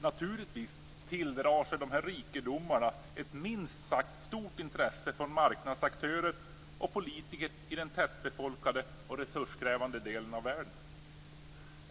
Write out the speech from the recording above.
Naturligtvis tilldrar sig dessa rikedomar ett minst sagt stort intresse från marknadsaktörer och politiker i den tätbefolkade och resurskrävande delen av världen.